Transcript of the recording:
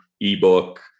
ebook